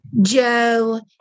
Joe